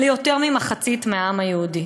נגד יותר ממחצית מהעם היהודי?